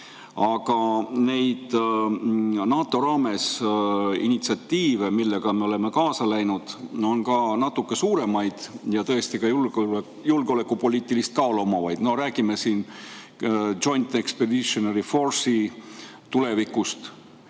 Aga neid NATO raames initsiatiive, millega me oleme kaasa läinud, on ka natuke suuremaid ja tõesti julgeolekupoliitilist kaalu omavaid: räägime Joint Expeditionary Force'i tulevikust,